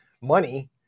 money